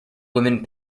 women